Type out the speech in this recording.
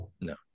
No